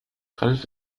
ralf